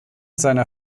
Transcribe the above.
seiner